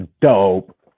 Dope